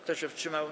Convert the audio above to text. Kto się wstrzymał?